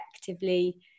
effectively